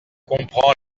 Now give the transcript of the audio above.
comprend